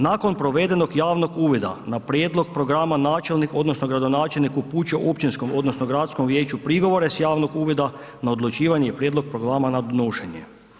Nakon provedenog javnog uvida na prijedlog programa, načelnik odnosno gradonačelnik upućuje općinskom odnosno gradskom vijeću prigovore s javnog uvida na odlučivanje prijedloga programa na donošenje.